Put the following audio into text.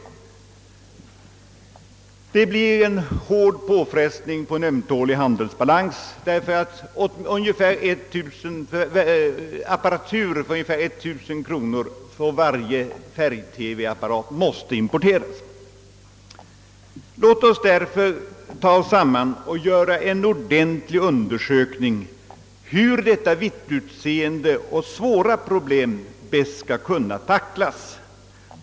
Detta utbyte av apparater blir en hård påfrestning på en ömtålig handelsbalans eftersom apparatur för ungefär 1000 kronor till varje färg-TV-apparat måste importeras. Låt oss därför ta oss samman och göra en ordentlig undersökning av hur detta vittutseende och svåra problem skall kunna tacklas.